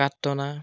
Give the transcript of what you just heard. পাত টনা